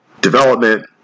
development